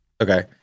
Okay